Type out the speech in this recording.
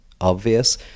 obvious